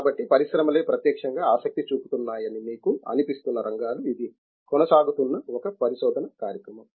కాబట్టి పరిశ్రమలే ప్రత్యక్షంగా ఆసక్తి చూపుతున్నాయని మీకు అనిపిస్తున్న రంగాలు ఇది కొనసాగుతున్న ఒక పరిశోధన కార్యక్రమం